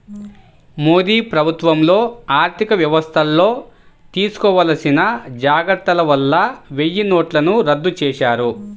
మోదీ ప్రభుత్వంలో ఆర్ధికవ్యవస్థల్లో తీసుకోవాల్సిన జాగర్తల వల్ల వెయ్యినోట్లను రద్దు చేశారు